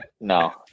No